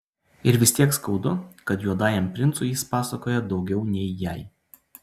ir vis tiek skaudu kad juodajam princui jis pasakoja daugiau nei jai